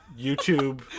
YouTube